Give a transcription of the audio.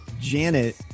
janet